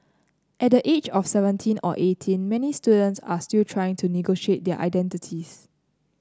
at the age of seventeen or eighteen many students are still trying to negotiate their identities